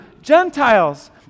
Gentiles